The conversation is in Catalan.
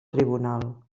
tribunal